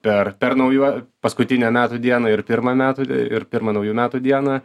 per per naujuo paskutinę metų dieną ir pirmą metų e ir pirmą naujų metų dieną